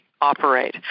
operate